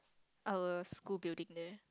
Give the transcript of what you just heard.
our school building there